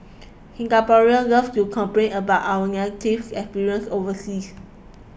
Singaporeans love to complain about our negative experiences overseas